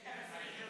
בבקשה, כבוד השר,